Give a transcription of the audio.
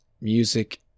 music